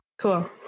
Cool